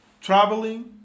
traveling